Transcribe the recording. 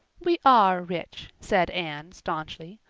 we are rich, said anne staunchly.